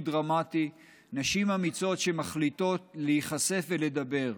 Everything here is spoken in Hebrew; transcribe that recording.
דרמטי: נשים אמיצות שמחליטות להיחשף ולדבר.